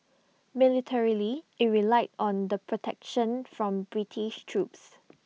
militarily IT relied on the protection from British troops